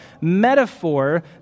metaphor